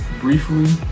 Briefly